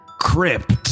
Crypt